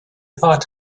thought